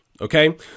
Okay